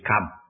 come